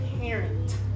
parent